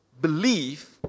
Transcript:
believe